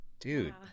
Dude